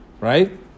Right